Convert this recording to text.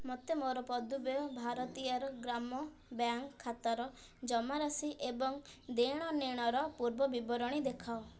ମୋତେ ମୋର ପୁଦୁବେୟ ଭାରତିୟାର ଗ୍ରାମ୍ୟ ବ୍ୟାଙ୍କ୍ ଖାତାର ଜମାରାଶି ଏବଂ ଦେଣନେଣର ପୂର୍ବ ବିବରଣୀ ଦେଖାଅ